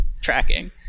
tracking